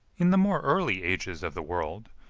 in the more early ages of the world,